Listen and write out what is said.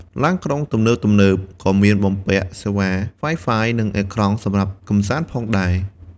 ឡានក្រុងទំនើបៗក៏មានបំពាក់សេវា Wi-Fi និងអេក្រង់សម្រាប់កម្សាន្តផងដែរ។